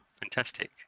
Fantastic